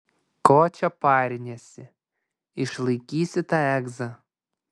ko čia pariniesi išlaikysi tą egzą